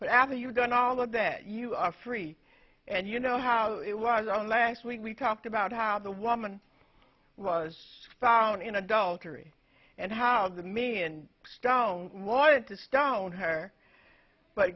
but after you've done all of that you are free and you know how it was only last week we talked about how the woman was found in adultery and how the me and stone wanted to stone her but